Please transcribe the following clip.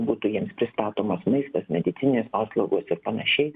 būtų jiems pristatomas maistas medicininės paslaugos ir panašiai